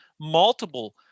multiple